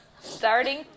Starting